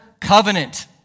covenant